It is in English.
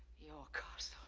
your castle.